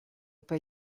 per